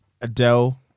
Adele